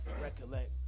recollect